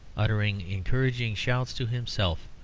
uttering encouraging shouts to himself,